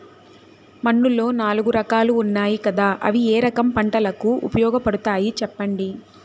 మన్నులో నాలుగు రకాలు ఉన్నాయి కదా అవి ఏ రకం పంటలకు ఉపయోగపడతాయి చెప్పండి?